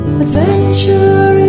Adventure